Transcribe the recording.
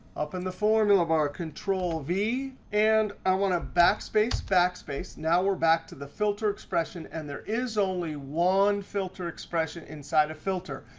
up in the formula bar, control-v. and i want to backspace, backspace. now we're back to the filter expression, and there is only one filter expression inside of filter.